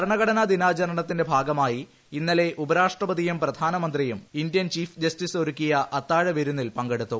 ഭരണഘടനാ ദിനാചരണത്തിന്റെ ഭാഗമായി ഇന്നലെ ഉപരാഷ്ട്രപതിയും പ്രധാനമന്ത്രിയും ഇന്ത്യൻ ചീഫ് ജസ്റ്റിസ് ഒരുക്കിയ അത്താഴവിരുന്നിൽ പങ്കെടുത്തു